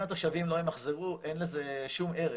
אם התושבים לא ימחזרו, אין לזה שום ערך.